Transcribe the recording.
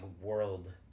world